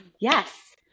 yes